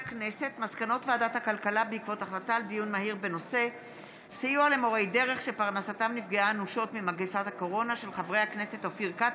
מסקנות ועדת הכלכלה בעקבות דיון מהיר בהצעתם של חברי הכנסת אופיר כץ,